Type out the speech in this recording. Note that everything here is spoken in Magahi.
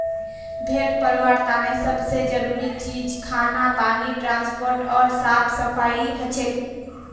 भेड़ पलवार तने सब से जरूरी चीज खाना पानी ट्रांसपोर्ट ओर साफ सफाई हछेक